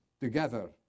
together